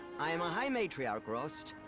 i am a high matriarch, rost.